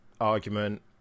argument